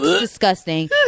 disgusting